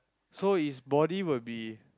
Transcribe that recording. so his body will be